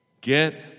get